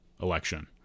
election